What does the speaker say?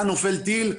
היה נופל טיל,